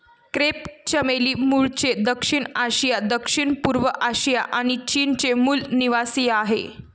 crepe चमेली मूळचे दक्षिण आशिया, दक्षिणपूर्व आशिया आणि चीनचे मूल निवासीआहे